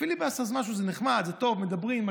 פיליבסטר זה נחמד, זה טוב, מדברים.